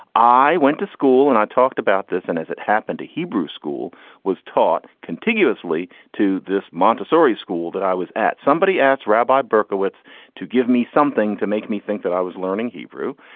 i went to school and i talked about this. and as it happened to hebrew school was taught continuously to this montessori school that i was at. somebody asked rabbi berkowitz to give me something to make me think that i was learning hebrew.